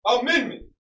amendment